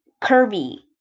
Kirby